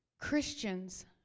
Christians